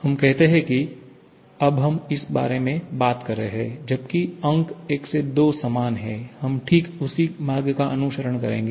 हम कहते हैं कि अब हम इस बारे में बात कर रहे हैं जबकि अंक 1 से 2 समान हैं हम ठीक उसी मार्ग का अनुसरण करेंगे